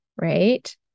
right